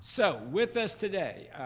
so with us today,